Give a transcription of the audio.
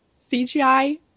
cgi